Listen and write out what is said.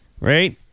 Right